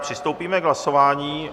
Přistoupíme k hlasování.